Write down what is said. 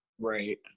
right